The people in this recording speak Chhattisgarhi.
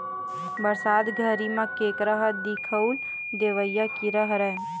बरसात घरी म केंकरा ह दिखउल देवइया कीरा हरय